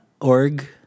org